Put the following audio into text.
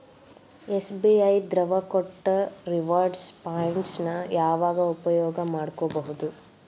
SBI ದವ್ರು ಕೊಟ್ಟ reward points ನ ಯಾವಾಗ ಉಪಯೋಗ ಮಾಡ್ಕೋಬಹುದು?